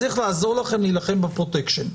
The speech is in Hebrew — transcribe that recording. צריך לעזור לכם להילחם בפרוטקשן.